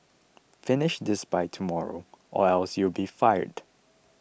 finish this by tomorrow or else you'll be fired